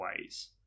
ways